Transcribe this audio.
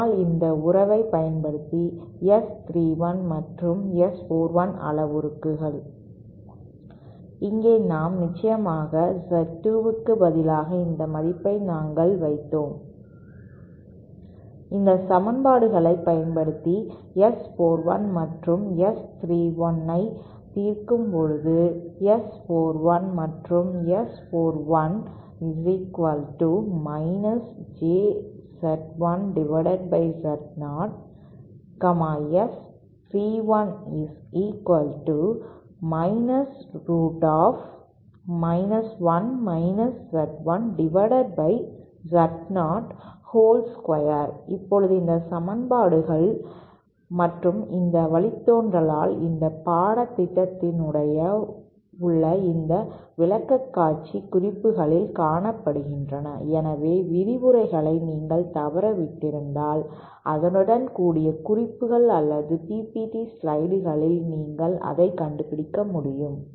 அதனால் இந்த உறவைப் பயன்படுத்தி S 31 மற்றும் S 41 அளவுருக்கள் இங்கே நாம் நிச்சயமாக Z2 க்கு பதிலாக இந்த மதிப்பை நாங்கள் வைத்தோம் இந்த சமன்பாடுகளைப் பயன்படுத்தி S 41 மற்றும் S 31 ஐத் தீர்க்கும்போது S 41 மற்றும் S 41 JZ1Z0 S 31 √Zo2 இப்போது இந்த சமன்பாடுகள் மற்றும் இந்த வழித்தோன்றல்கள் இந்த பாடத்திட்டத்துடன் உள்ள இந்த விளக்கக்காட்சி குறிப்புகளில் காணப்படுகின்றன எனவே விரிவுரைகளை நீங்கள் தவறவிட்டால் அதனுடன் கூடிய குறிப்புகள் அல்லது PPT ஸ்லைடுகளில் நீங்கள் அதைக் கண்டுபிடிக்க முடியும்